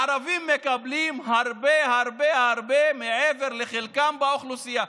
הערבים מקבלים הרבה הרבה הרבה מעבר לחלקם באוכלוסייה.